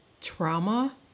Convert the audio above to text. trauma